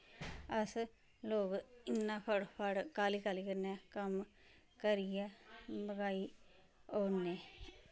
अस लोग इन्ना फटो फट काह्ली काह्ली कम्म करियै लगाई ओड़ने